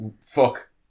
fuck